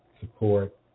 support